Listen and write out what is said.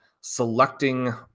selecting